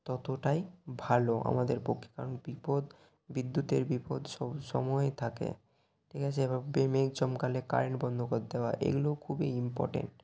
ততটাই ভালো আমাদের পক্ষে কারণ বিপদ বিদ্যুতের বিপদ সবসময় থাকে ঠিক আছে এবার মেঘ চমকালে কারেন্ট বন্ধ করে দেওয়া এগুলো খুবই ইম্পর্টেন্ট